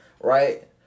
right